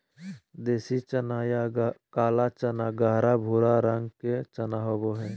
देसी चना या काला चना गहरा भूरा रंग के चना होबो हइ